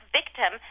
victim